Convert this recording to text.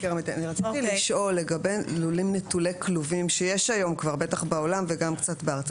רציתי לשאול לגבי לולים נטולי כלובים שיש היום כבר בעולם וגם קצת בארץ.